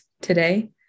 today